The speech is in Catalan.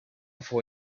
fou